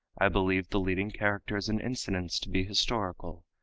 i believe the leading characters and incidents to be historical,